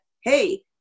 hey